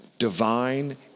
Divine